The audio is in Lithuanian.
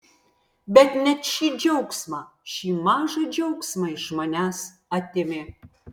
bet net šį džiaugsmą šį mažą džiaugsmą iš manęs atėmė